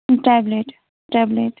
tablet tablet